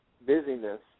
busyness